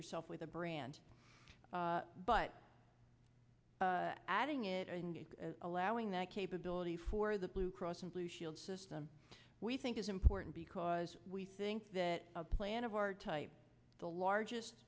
yourself with the brand but adding it and allowing that capability for the blue cross blue shield system we think is important because we think that a plan of our type the largest